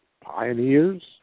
Pioneers